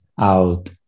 out